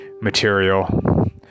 material